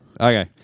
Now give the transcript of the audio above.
Okay